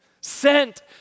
sent